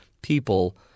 people